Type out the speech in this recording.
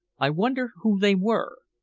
i wonder who they were?